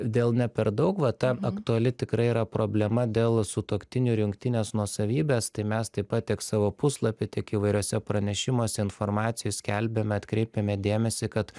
dėl ne per daug va ta aktuali tikrai yra problema dėl sutuoktinių ir jungtinės nuosavybės tai mes taip pat tiek savo puslapy tiek įvairiuose pranešimuose informacijoj skelbiame atkreipiame dėmesį kad